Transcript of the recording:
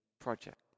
project